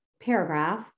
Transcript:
paragraph